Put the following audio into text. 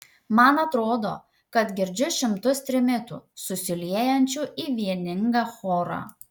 man atrodo kad girdžiu šimtus trimitų susiliejančių į vieningą chorą